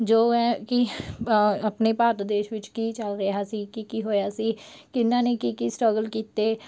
ਜੋ ਹੈ ਕਿ ਆਪਣੇ ਭਾਰਤ ਦੇਸ਼ ਵਿੱਚ ਕੀ ਚੱਲ ਰਿਹਾ ਸੀ ਕੀ ਕੀ ਹੋਇਆ ਸੀ ਕਿਨ੍ਹਾਂ ਨੇ ਕੀ ਕੀ ਸਟਰਗਲ ਕੀਤੇ